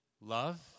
Love